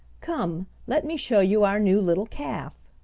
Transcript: come, let me show you our new little calf.